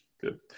good